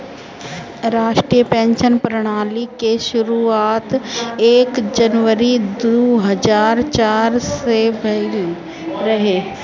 राष्ट्रीय पेंशन प्रणाली के शुरुआत एक जनवरी दू हज़ार चार में भईल रहे